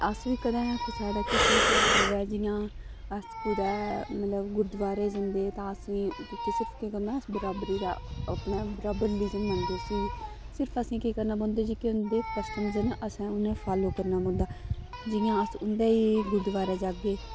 अस बी कदें कुसै दा किश बी ध्यार होऐ जि'यां अस कुतै मतलव गुरूदोआरे जंदे ते सिर्फ असें केह् करना बराबरी दा अपना बराबर रलीजन मनदे उस्सी सिर्फ असें करना पौंदा असें जेह्के उं'दे कस्टम्स न उ'नेंगी फॉलो करना पौंदा जि'यां उं'दे गुरूदोआरे न